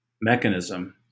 mechanism